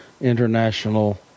international